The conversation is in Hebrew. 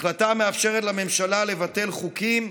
החלטה המאפשרת לממשלה לבטל חוקים,